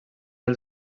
als